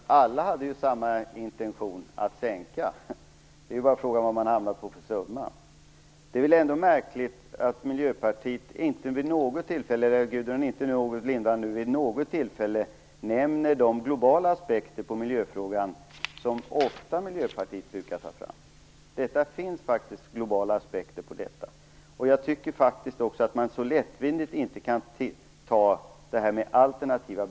Herr talman! Alla hade samma intention, att sänka skatten. Frågan är ju bara vad man hamnar på för summa. Det är väl ändå märkligt att Miljöpartiet och Gudrun Lindvall inte vid något tillfälle nämner de globala aspekter på miljöfrågan som Miljöpartiet ofta brukar ta fram. Det finns faktiskt globala aspekter på detta, och jag tycker inte att man kan ta detta med alternativa bränslen så lättvindigt.